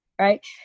right